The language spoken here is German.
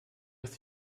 ist